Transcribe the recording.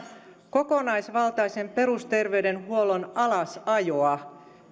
kokonaisvaltaisen perusterveydenhuollon alasajoa